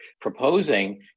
proposing